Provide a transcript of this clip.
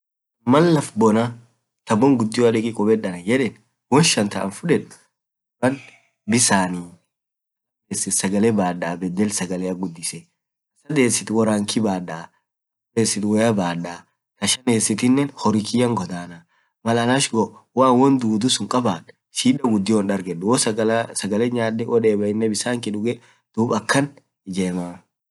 maal laaf bonaa ,laff bon gudioa deek anan yedeen kubed woan shaan taan fudedbisaanii sagalee baada worran kiyy badaa taa sadesitinen horri kiyyan godanaa, malaan ach goo woandudu hinkabaa, sagalee tii nyadee bisaan dugee.